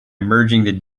merging